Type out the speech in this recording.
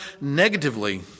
negatively